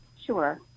sure